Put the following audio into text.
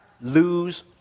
lose